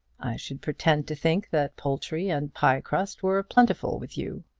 should pretend to think that poultry and piecrust were plentiful with you.